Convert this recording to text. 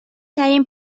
ترین